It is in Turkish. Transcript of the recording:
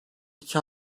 iki